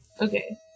Okay